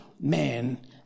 man